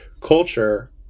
culture